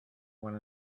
one